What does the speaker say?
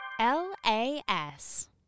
L-A-S